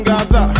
Gaza